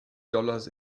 dollars